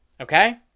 Okay